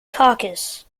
caucus